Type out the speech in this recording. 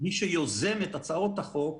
הייתי רוצה לדעת אם אני יכול להתחיל בהצגה של חמש דקות